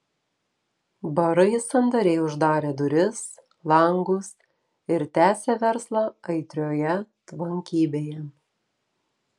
barai sandariai uždarė duris langus ir tęsė verslą aitrioje tvankybėje